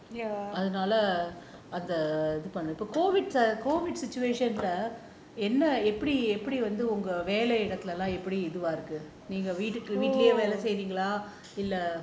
அதுனால அதை இதுபண்ணு இப்போ:athunaala athai ithupannu ippo COVID situation leh என்ன எப்டி எப்படி வந்து உங்க வேலை இடத்துலெல்லாம் எப்டி எதுவா இருக்கு நீங்க வீட்லயே வேலை செய்றீங்களா இல்ல:enna epdi epadi vanthu unga velai idathulaellaam epdi ethuva iruku neenga veetlayae velai seireengalaa illa